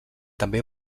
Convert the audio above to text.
també